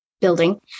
building